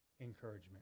encouragement